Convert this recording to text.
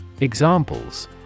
Examples